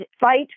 fight